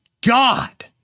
God